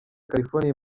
california